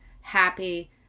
happy